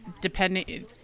depending